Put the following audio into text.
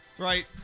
Right